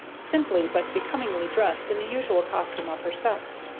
simply but becomingly dressed in the usual costume of her sex.